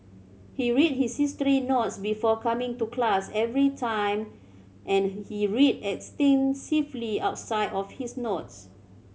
he read his history notes before coming to class every time and he read extensively outside of his notes